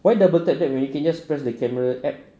why double tap when you can just press the camera app